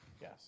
Yes